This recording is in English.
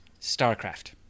Starcraft